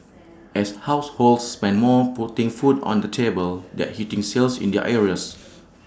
as households spend more putting food on the table that's hitting sales in the areas